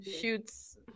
shoots